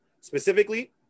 specifically